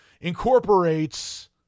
incorporates